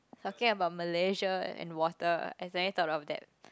talking about Malaysia and water I suddenly thought of that